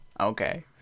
okay